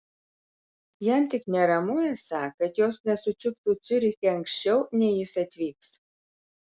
jam tik neramu esą kad jos nesučiuptų ciuriche anksčiau nei jis atvyks